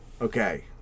Okay